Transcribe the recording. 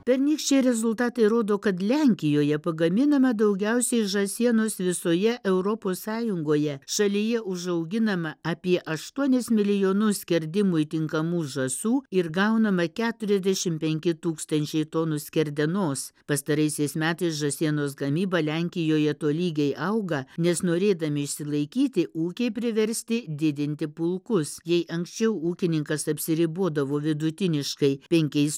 pernykščiai rezultatai rodo kad lenkijoje pagaminama daugiausiai žąsienos visoje europos sąjungoje šalyje užauginama apie aštuonis milijonus skerdimui tinkamų žąsų ir gaunama keturiasdešim penki tūkstančiai tonų skerdenos pastaraisiais metais žąsienos gamyba lenkijoje tolygiai auga nes norėdami išsilaikyti ūkiai priversti didinti pulkus jei anksčiau ūkininkas apsiribodavo vidutiniškai penkiais